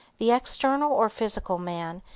the external or physical man,